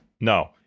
No